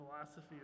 philosophy